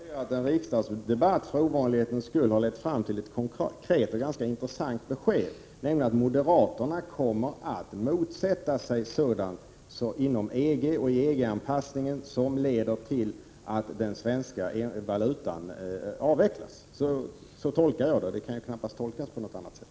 Fru talman! Då vill jag bara konstatera att en riksdagsdebatt för ovanlighetens skull har lett fram till ett konkret och ganska intressant besked, nämligen att moderaterna kommer att motsätta sig sådant inom EG och inom EG-anpassningen som leder till att den svenska valutan avvecklas. Gunnar Hökmarks uttalande kan knappast tolkas på annat sätt.